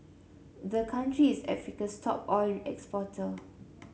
the country is Africa's top oil exporter